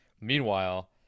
Meanwhile